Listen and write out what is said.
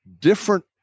different